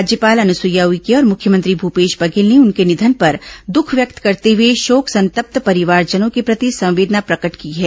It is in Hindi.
राज्यपाल अनुसुईया उइके और मुख्यमंत्री भूपेश बघेल ने उनके निधन पर दुख व्यक्त करते हुए शोकसंतप्त परिवारजनों के प्रति संवेदना प्रकट की है